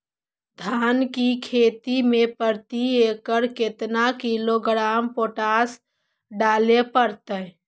धान की खेती में प्रति एकड़ केतना किलोग्राम पोटास डाले पड़तई?